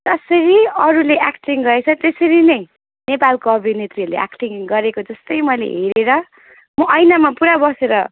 जसरी अरूले एक्टिङ गरेको छ त्यसरी नै नेपालको अभिनेत्रीहरूले एक्टिङ गरेको जस्तै मैले हेरेर म ऐनामा पुरा बसेर